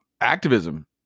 activism